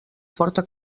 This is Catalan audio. forta